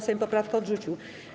Sejm poprawkę odrzucił.